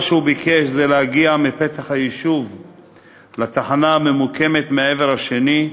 שהוא ביקש זה להגיע מפתח היישוב לתחנה בעבר השני.